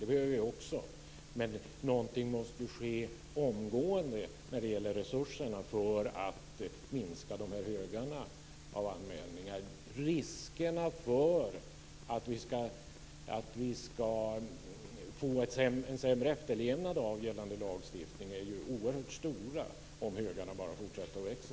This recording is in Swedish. Det behöver vi också men någonting måste ju ske omgående när det gäller resurserna för att minska högarna av anmälningar. Risken att vi får en sämre efterlevnad av gällande lagstiftning är oerhört stor om högarna av anmälningar bara fortsätter att växa.